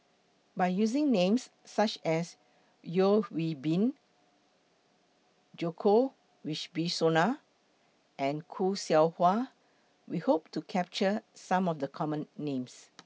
By using Names such as Yeo Hwee Bin Djoko Wibisono and Khoo Seow Hwa We Hope to capture Some of The Common Names